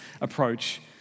approach